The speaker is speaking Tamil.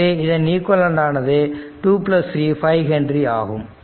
எனவே இதன் ஈக்விவலெண்ட் ஆனது 23 5 ஹென்றி ஆகும்